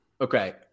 Okay